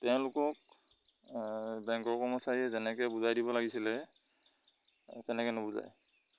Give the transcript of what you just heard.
তেওঁলোকক বেংকৰ কৰ্মচাৰীয়ে যেনেকে বুজাই দিব লাগিছিলে তেনেকে নবুজায়